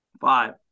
Five